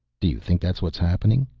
do you think that's what is happening?